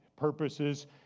purposes